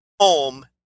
home